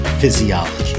physiology